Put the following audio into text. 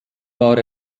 war